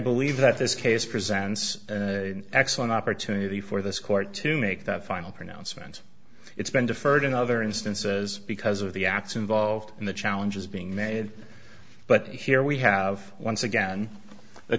believe that this case presents an excellent opportunity for this court to make that final pronouncement it's been deferred in other instances because of the acts involved in the challenges being made but here we have once again the